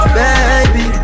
baby